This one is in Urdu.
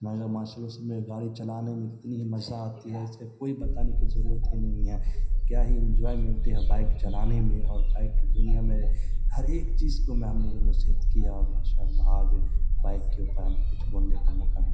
ماشاء اللہ اس میں گاڑی چلانے میں کتنی ہی مزہ آتی ہے اس کا کوئی بتانے کی ضرورت ہی نہیں ہے کیا ہی انجوائے ملتے ہیں بائک چلانے میں اور بائک کی دنیا میں ہر ایک چیز کو میں ہم لوگوں نے کی ہے اور ماشاء اللہ آج بائک کے اوپر ہم کچھ بولنے کا موقع